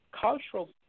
cultural